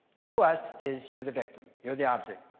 to us, is you're the victim, you're the object.